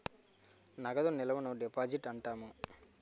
నగదు నిల్వను డిపాజిట్ అంటాము